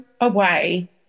away